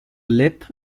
lip